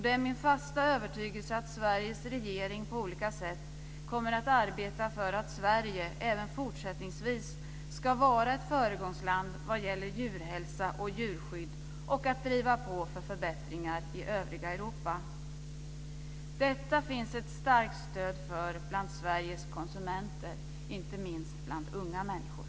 Det är min fasta övertygelse att Sveriges regering på olika sätt kommer att arbeta för att Sverige även fortsättningsvis ska vara ett föregångsland vad gäller djurhälsa och djurskydd och driva på för förbättringar i övriga Europa. Detta finns det ett starkt stöd för bland Sveriges konsumenter, inte minst bland unga människor.